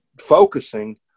focusing